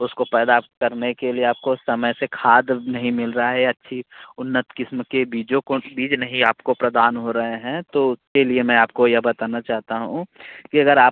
उसको पैदा करने के लिए आपको समय से खाद नहीं मिल रहा है अच्छी उन्नत किस्म के बीजों को बीज नहीं आपको प्रदान हो रहे हैं तो उसके लिए मैं आपको यह बताना चाहता हूँ कि अगर आप